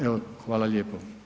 Evo, hvala lijepo.